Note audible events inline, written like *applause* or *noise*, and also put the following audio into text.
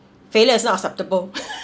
failure is not acceptable *laughs*